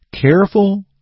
careful